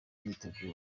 imyiteguro